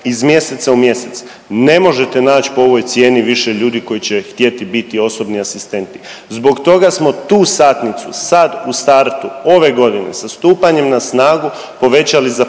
iz mjeseca u mjesec, ne možete nać po ovoj cijeni više ljudi koji će htjeti biti osobni asistenti. Zbog toga smo tu satnicu sad u startu ove godine sa stupanjem na snagu povećali za